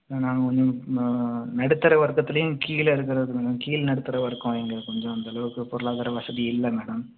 நாங்கள் கொஞ்சம் நடுத்தர வர்க்கத்துலையும் கீழே இருக்கிற மேடம் கீழ் நடுத்தர வர்க்கம் எங்கே கொஞ்சம் அந்த அளவுக்கு பொருளாதார வசதி இல்லை மேடம்